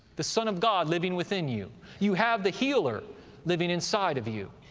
the son of god, living within you you have the healer living inside of you.